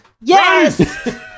Yes